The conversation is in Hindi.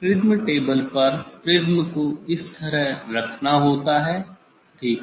प्रिज्म टेबल पर प्रिज्म को इस तरह रखना होता है ठीक है